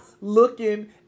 looking